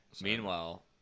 Meanwhile